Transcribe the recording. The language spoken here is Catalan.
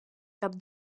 cap